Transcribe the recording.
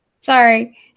Sorry